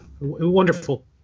wonderful